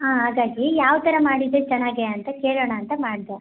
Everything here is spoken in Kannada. ಹಾಂ ಹಾಗಾಗಿ ಯಾವ ಥರ ಮಾಡಿದರೆ ಚೆನ್ನಾಗಿ ಅಂತ ಕೇಳೋಣ ಅಂತ ಮಾಡಿದೆ